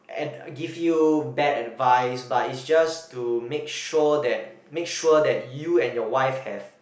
and give you bad advice but it's just to make sure that make sure that you and your wife have